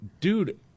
Dude